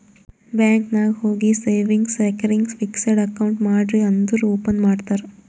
bank ನಾಗ್ ಹೋಗಿ savings, recurring, fixed account ಮಾಡ್ರಿ ಅಂದುರ್ ಓಪನ್ ಮಾಡ್ತಾರ್